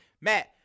Matt